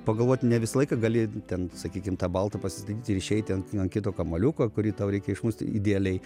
pagalvot ne visą laiką gali ten sakykim tą baltą pasirinkti ir išeiti ant kito kamuoliuko kurį tau reikia išmušt idealiai